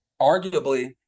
arguably